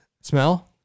Smell